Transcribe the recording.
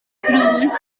cruise